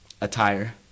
Attire